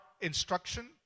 instruction